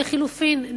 או לחלופין,